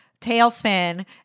Tailspin